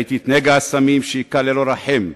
ראיתי את נגע הסמים שהכה ללא רחם,